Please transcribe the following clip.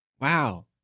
Wow